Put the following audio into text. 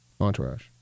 entourage